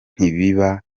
ntibaba